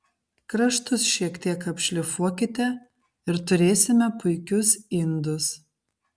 kraštus šiek tiek apšlifuokite ir turėsime puikius indus